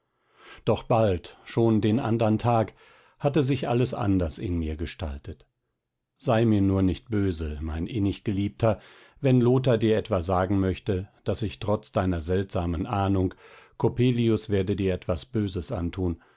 doch bald schon den andern tag hatte sich alles anders in mir gestaltet sei mir nur nicht böse mein inniggeliebter wenn lothar dir etwa sagen möchte daß ich trotz deiner seltsamen ahnung coppelius werde dir etwas böses antun